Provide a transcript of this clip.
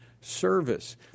service